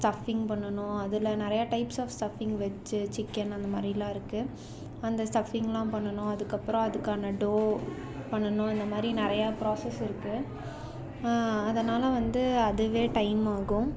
stuffing பண்ணணும் அதில் நிறையா types of stuffing veg chicken அந்த மாதிரிலாம் இருக்கு அந்த ஸ்டஃப்பிங்லாம் பண்ணணும் அதுக்கு அப்புறம் அதுக்கான டோ அந்த மாதிரி நிறையா ப்ராஸஸ் இருக்கு அதனால வந்து அதுவே டைமாகும்